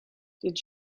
did